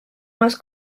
más